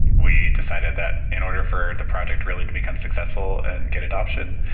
we decided that in order for the project really to become successful and get adaption,